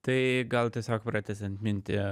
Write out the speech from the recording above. tai gal tiesiog pratęsiant mintį